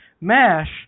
Mash